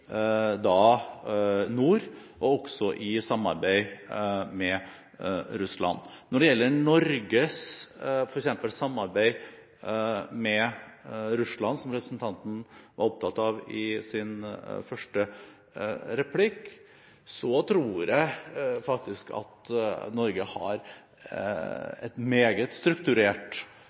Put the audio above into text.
nord, og også i samarbeid med Russland. Når det f.eks. gjelder Norges samarbeid med Russland, som representanten var opptatt av i sin første replikk, tror jeg faktisk at Norge har et meget strukturert